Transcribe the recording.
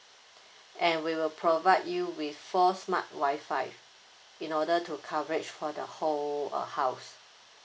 and we will provide you with four smart WI-FI in order to coverage for the whole uh house